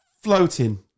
floating